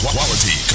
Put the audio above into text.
Quality